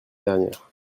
dernière